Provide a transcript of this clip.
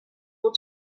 will